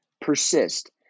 persist